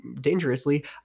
dangerously